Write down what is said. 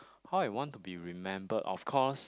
how I want to be remembered of course